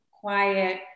quiet